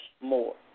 more